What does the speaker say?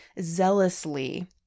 zealously